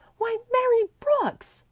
why, mary brooks!